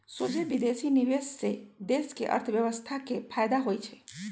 सोझे विदेशी निवेश से देश के अर्थव्यवस्था के फयदा होइ छइ